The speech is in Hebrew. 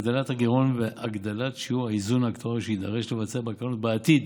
הגדלת הגירעון והגדלת שיעור האיזון האקטוארי שיידרש לבצע בקרנות בעתיד